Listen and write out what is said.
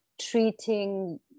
treating